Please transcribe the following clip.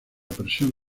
presión